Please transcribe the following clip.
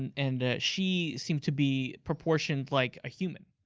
and and she seemed to be proportioned like a human.